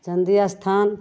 Chandi Asthan